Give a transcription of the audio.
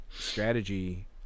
strategy